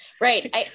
Right